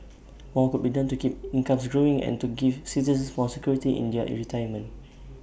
more could be done to keep incomes growing and to give citizens more security in their retirement